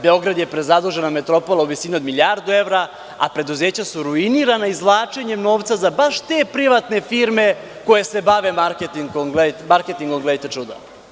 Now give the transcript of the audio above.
Beograd je prezadužena metropola u visini od milijardu evra, a preduzeća su ruinirana izvlačenjem novca za baš te privatne firme koje se bave marketingom, gledajte čuda.